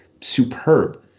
superb